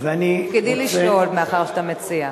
תפקידי לשאול, מאחר שאתה מציע.